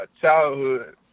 childhood